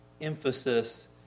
emphasis